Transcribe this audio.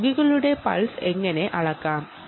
രോഗികളുടെ പൾസ് എങ്ങനെ അളക്കാം എന്നു നോക്കാം